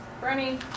Bernie